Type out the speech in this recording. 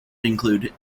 include